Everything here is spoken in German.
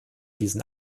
diesen